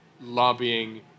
lobbying